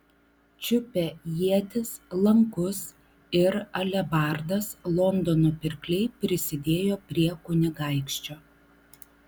čiupę ietis lankus ir alebardas londono pirkliai prisidėjo prie kunigaikščio